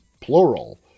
plural